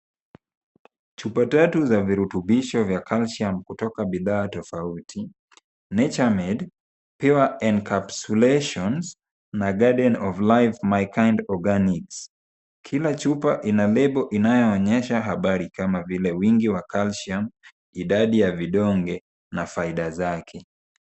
Chupa tatu za virutubisho vya calcium kutoka bidhaa tofauti NatureMed, Pure Encapsulations, na Garden of Life My Kind Organics. Kila chupa ina lebo inayoonyesha habari kama vile wingi wa calcium , idadi ya vidonge na faida zake.